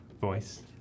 voice